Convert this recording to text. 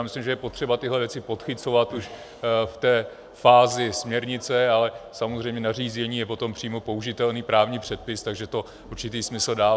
Myslím, že je potřeba tyhle věci podchycovat už v té fázi směrnice, ale samozřejmě nařízení je pak přímo použitelný právní předpis, takže to určitý smysl dává.